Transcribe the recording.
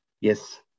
Yes